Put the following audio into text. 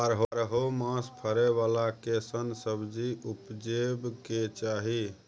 बारहो मास फरै बाला कैसन सब्जी उपजैब के चाही?